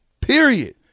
Period